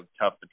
tough